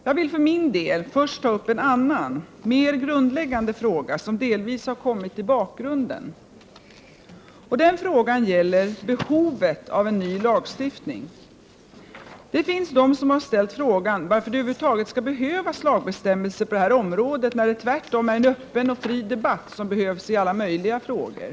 Jag vill för min del först ta upp en annan, mera grundläggande fråga som delvis har kommit i bakgrunden. Den frågan gäller behovet av en ny lagstiftning. Det finns de som har ställt frågan varför det över huvud taget skall behövas lagbestämmelser på det här området, när det tvärtom är en öppen och fri debatt som behövs i alla möjliga frågor.